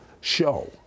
show